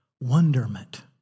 wonderment